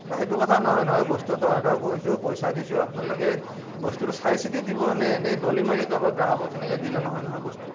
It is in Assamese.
নাই এইটো কথা নহয় নহয় বস্তু এটা অৰ্ডাৰ কৰিছোঁ পইচা দিছোঁ আপনালোকে বস্তুটো চাইচিতি দিব নে এনে দলিমাৰি কাৰোবাক গ্ৰাহকক দিলে নহয় নহয় বস্তুটো